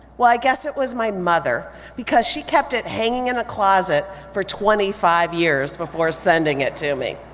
well, i guess it was my mother because she kept it hanging in the closet for twenty five years before sending it to me.